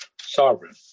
sovereign